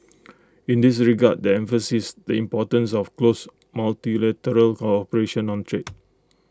in this regard they emphasised the importance of close multilateral cooperation on trade